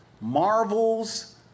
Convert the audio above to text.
Marvel's